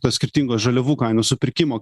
tos skirtingos žaliavų kainos supirkimo